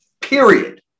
period